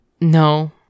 No